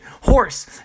horse